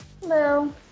Hello